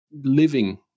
living